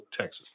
Texas